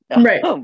right